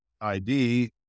ID